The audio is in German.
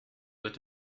wird